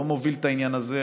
לא מוביל את העניין הזה.